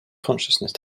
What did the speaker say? consciousness